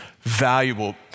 valuable